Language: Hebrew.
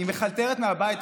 היא מחלטרת מהבית,